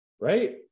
right